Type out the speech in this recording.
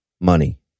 money